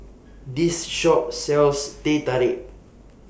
This Shop sells Teh Tarik